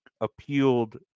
appealed